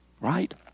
Right